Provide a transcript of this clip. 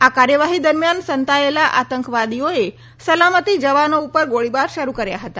આ કાર્યવાહી દરમિયાન સંતાયેલા આતંકવાદીઓએ સલામતી જવાનો ઉપર ગોળીબાર શરૂ કર્યા હતા